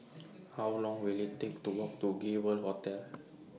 How Long Will IT Take to Walk to Gay World Hotel